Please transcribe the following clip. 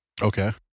okay